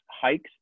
hikes